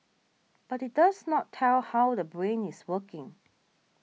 but it does not tell how the brain is working